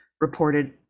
reported